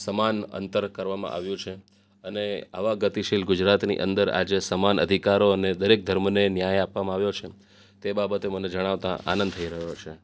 સમાન અંતર કરવામાં આવ્યું છે અને આવા ગતિશીલ ગુજરાતની અંદર આજે સમાન અધિકારો અને દરેક ધર્મને ન્યાય આપવામાં આવ્યો છે તે બાબતે મને જણાવતા આનંદ થઈ રહ્યો છે